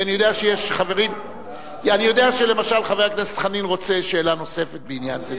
כי אני יודע שלמשל חבר הכנסת חנין רוצה שאלה נוספת בעניין זה.